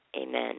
Amen